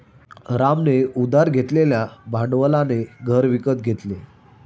रामने उधार घेतलेल्या भांडवलाने घर विकत घेतले